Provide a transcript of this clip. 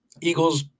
Eagles